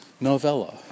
novella